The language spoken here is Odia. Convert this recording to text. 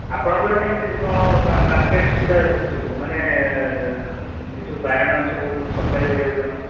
ଆପଣଙ୍କର କେମିତି କ'ଣ ମାର୍କେଟ ସୁବିଧା ଅଛି ସବୁ ମାନେ ଏହି ଯେଉଁ ଏସବୁ ବାଇଗଣ ସବୁ ମୁଁ ସପଲ୍ଲାଏ କରିବାକୁ ଚାହୁଁଛି